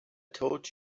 told